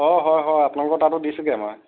অ হয় হয় আপোনালোকৰ তাতো দিছোঁগৈ মই